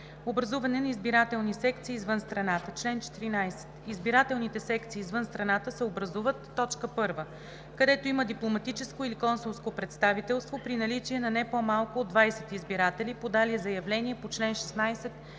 „Образуване на избирателни секции извън страната Чл. 14. Избирателните секции извън страната се образуват: 1. където има дипломатическо или консулско представителство – при наличие на не по-малко от 20 избиратели, подали заявление по чл. 16,